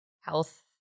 health